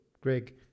Greg